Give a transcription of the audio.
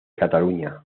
cataluña